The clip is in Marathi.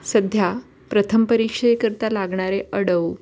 सध्या प्रथम परीक्षेकरिता लागणारे अडवु